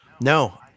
No